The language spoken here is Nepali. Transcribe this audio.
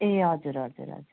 ए हजुर हजुर हजुर